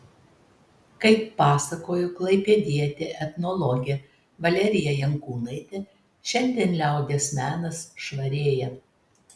kaip pasakojo klaipėdietė etnologė valerija jankūnaitė šiandien liaudies menas švarėja